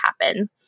happen